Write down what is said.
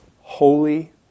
holy